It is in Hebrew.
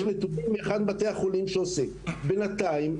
בינתיים,